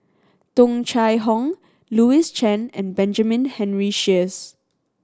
Tung Chye Hong Louis Chen and Benjamin Henry Sheares